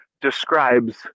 describes